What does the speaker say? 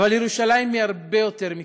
אבל ירושלים היא הרבה יותר מכך.